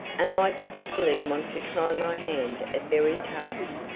and i particularly want to try my hand at berry tarts,